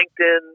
linkedin